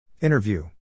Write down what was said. Interview